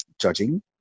judging